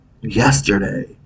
yesterday